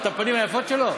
לראות את הפנים היפות שלו?